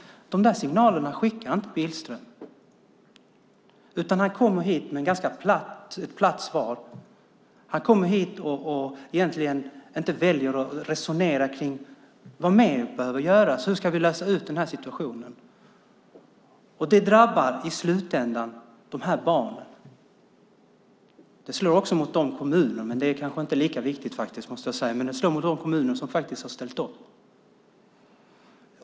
De signalerna skickar inte Billström. Han kommer hit med ett ganska platt svar. Han kommer hit och väljer att egentligen inte resonera kring vad mer som behöver göras, hur vi ska ordna den här situationen. Det drabbar i slutändan de här barnen. Det slår också mot de kommuner - men det kanske inte är lika viktigt, måste jag säga - som faktiskt har ställt upp.